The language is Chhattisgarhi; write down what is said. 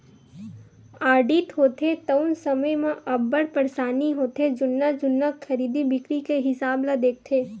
आडिट होथे तउन समे म अब्बड़ परसानी होथे जुन्ना जुन्ना खरीदी बिक्री के हिसाब ल देखथे